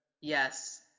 yes